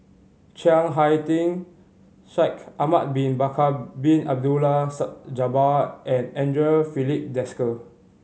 Chiang Hai Ding Shaikh Ahmad Bin Bakar Bin Abdullah Jabbar and Andre Filipe Desker